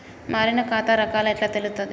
మారిన ఖాతా రకాలు ఎట్లా తెలుత్తది?